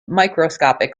microscopic